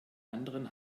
anderen